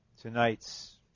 tonight's